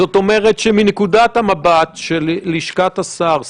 זאת אומרת שמנקודת המבט של לשכת השר,